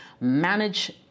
manage